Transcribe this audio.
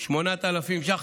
8,000 ש"ח.